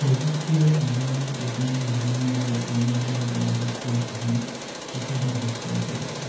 প্ৰযুক্তিয়ে আমাৰ ইজনৰ সিজনৰ লগত দৈনন্দিন যোগাযোগ কৰা ধৰণ অতি সহজ কৰি তুলিছে